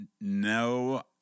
No